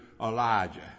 Elijah